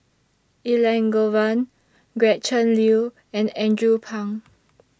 Elangovan Gretchen Liu and Andrew Phang